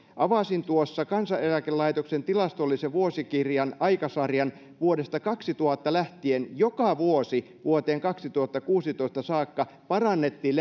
avasin tuossa kansaneläkelaitoksen tilastollisen vuosikirjan aikasarjan vuodesta kaksituhatta lähtien joka vuosi vuoteen kaksituhattakuusitoista saakka parannettiin